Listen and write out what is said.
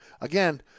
again